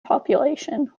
population